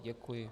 Děkuji.